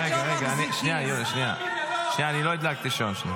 לא הדלקתי שעון.